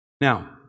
Now